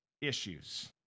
issues